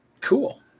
cool